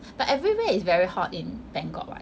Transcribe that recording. but everywhere is very hot in Bangkok [what]